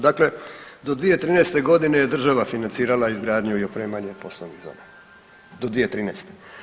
Dakle, do 2013. godine je država financirala izgradnju i opremanje poslovnih zona, do 2013.